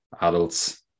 adults